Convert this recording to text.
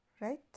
Right